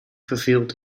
verveeld